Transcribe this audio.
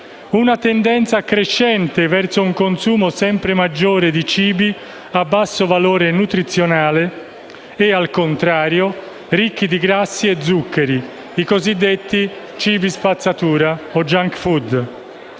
una tendenza crescente verso un consumo sempre maggiore di cibi a basso valore nutrizionale e, al contrario, ricchi di grassi e zuccheri, i cosiddetti cibi spazzatura o *junk food*,